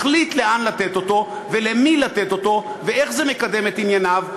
מחליט לאן לתת אותו ולמי לתת אותו ואיך זה מקדם את ענייניו,